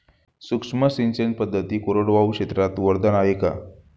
सूक्ष्म सिंचन पद्धती कोरडवाहू क्षेत्रास वरदान आहे का?